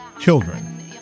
children